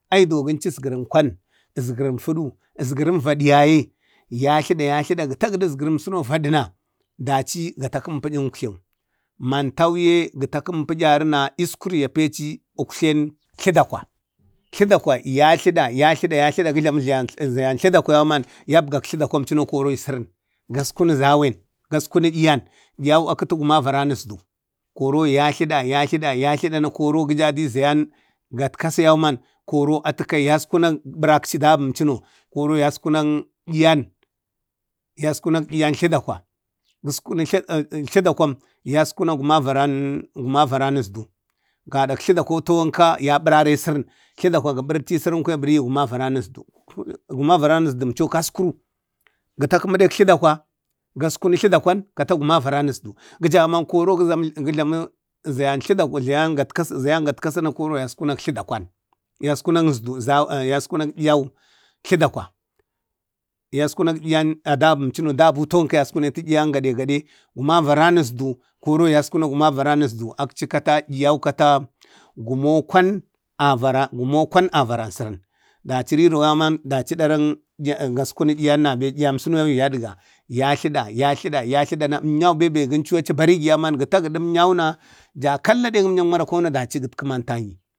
Ai duwon gunchu əsgərən kwan, asgəran fuɗu, asgərən vadi yaye, ya tlaɗa tlada ya tlada. Gə tagəɗu əsgərəm suno vaɗi na dachi ga takami pə'yən uktlew. Mantauye gə takəmi pə'yarina iskur ya pechi uktlen tlədakwa. tladakwa, tlada ya tlada u jlamu za zayan tladakwa yauman yak bakə tludakwam chuno i sərən gaskuni zawan gaskuni diyan diyau akiti guma avara əsdu. koro ya tlada ya tlada na koro gəja i zayan gatkasa yauman koro atu ka yaskuna ɓarakchi dabəm amchuno. Dəriro koro yas kuna yayan tladakwa, geskuni tla eeaa tladakwam yaskuna guma avaran guma varaan usdu, gaɗak tladakwa tawanka ya ɓarara i sərən. Tləda kwagə ɓəritu i sərən ata bərigi guma avarən usdu. gumavarannusdu emco kasku gətakəmu ɗek tlədəkwa, gaskumu, tladəkwa kata guma avarau usdu. Gəjana koro gə jlamu zayan tladakwa zayan gatkasa na koro yaskunək tladəkwan. yaskunan asdu-yaskuna tlədakwa, yaskunaŋ yi yan jladakwa yaskunan diyan adabəm əmchuno, dabum cuno tawanka yaskunetu 'yi yan gaɗe gaɗe’ guma avaran usdu koro yaskuna guma a varan usdu. akchi kata 'yi diyan kata gumo kwan avarau gumu kwan avara sərən. Dachi di roro yau man dachi dəran gaskunu yi yan nabe yayan əmsuno yadga yadga. Yatlaɗa yatlaɗ na əmnyau bembem gənchu achi barigi yauman gə tagədu amnyau naja kalla ɗen əmnyən marakwauna dachi, gatku mantaŋi.